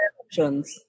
options